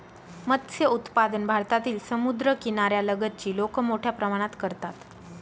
मत्स्य उत्पादन भारतातील समुद्रकिनाऱ्या लगतची लोक मोठ्या प्रमाणात करतात